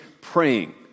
praying